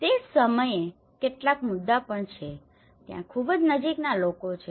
તે જ સમયે કેટલાક મુદ્દાઓ પણ છે ત્યાં ખૂબ જ નજીકના લોકો છે